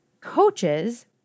coaches